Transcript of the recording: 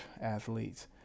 athletes